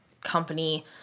company